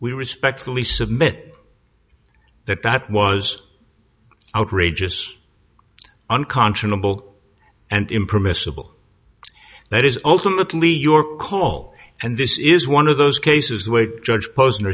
we respectfully submit that that was outrageous unconscionable and impermissible that is ultimately your call and this is one of those cases where judge pos